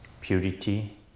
purity